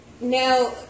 now